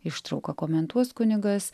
ištrauką komentuos kunigas